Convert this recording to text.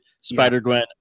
Spider-Gwen